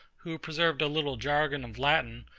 who preserved a little jargon of latin,